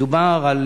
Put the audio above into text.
מדובר על